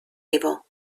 evil